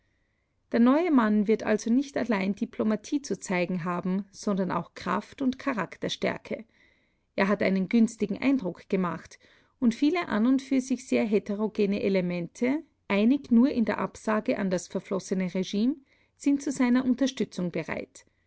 der neue mann wird also nicht allein diplomatie zu zeigen haben sondern auch kraft und charakterstärke er hat einen günstigen eindruck gemacht und viele an und für sich sehr heterogene elemente einig nur in der absage an das verflossene regime sind zu seiner unterstützung bereit